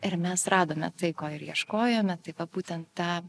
ir mes radome tai ko ir ieškojome tai va būtent tą